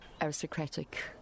aristocratic